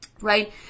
Right